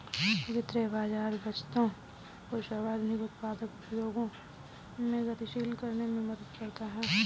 वित्तीय बाज़ार बचतों को सर्वाधिक उत्पादक उपयोगों में गतिशील करने में मदद करता है